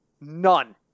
None